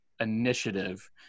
initiative